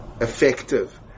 effective